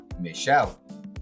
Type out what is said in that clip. michelle